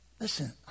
Listen